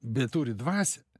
bet turi dvasią